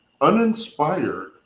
uninspired